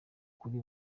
kuri